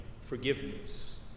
forgiveness